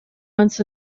months